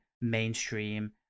mainstream